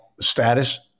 status